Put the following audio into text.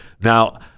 Now